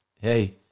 hey